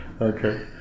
Okay